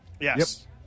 yes